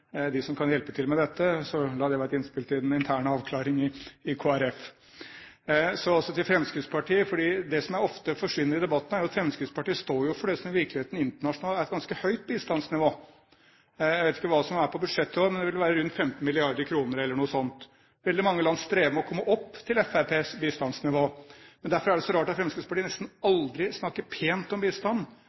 de rød-grønne som kan hjelpe til med det. La dette være et innspill til den interne avklaringen i Kristelig Folkeparti. Så også til Fremskrittspartiet: Det som ofte forsvinner i debatten, er jo at Fremskrittspartiet står for det som internasjonalt i virkeligheten er et ganske høyt bistandsnivå. Jeg vet ikke hva som er på budsjettet i år, men det vil være på rundt 15 mrd. kr. Veldig mange land strever med å komme opp på Fremskrittspartiets bistandsnivå. Derfor er det så rart at Fremskrittspartiet nesten aldri snakker pent om